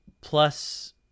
plus